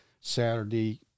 Saturday